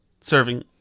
serving